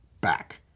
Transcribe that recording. back